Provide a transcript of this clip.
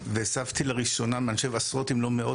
והסבתי לראשונה אני חושב עשרות אם לא מאות